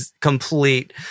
complete